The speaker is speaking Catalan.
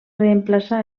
reemplaçar